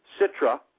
Citra